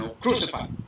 crucified